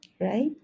Right